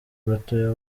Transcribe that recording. batoya